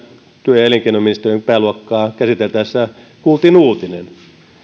työ ja elinkeinoministeriön pääluokkaa käsiteltäessä kuultiin uutinen